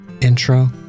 intro